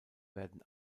werden